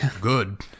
good